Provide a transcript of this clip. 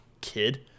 kid